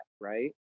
right